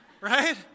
right